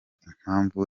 impamvu